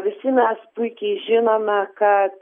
visi mes puikiai žinome kad